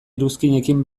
iruzkinekin